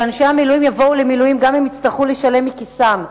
שאנשי המילואים יבואו למילואים גם אם יצטרכו לשלם מכיסם.